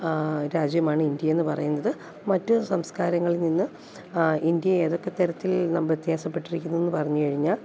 രാജ്യമാണ് ഇന്ത്യേന്ന് പറയുന്നത് മറ്റു സംസ്കാരങ്ങളിൽ നിന്ന് ഇന്ത്യയെ ഏതൊക്കെതരത്തിൽ നാം വ്യത്യാസപ്പെട്ടിരിക്കുന്നൂന്ന് പറഞ്ഞ് കഴിഞ്ഞാൽ